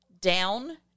down